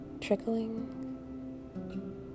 trickling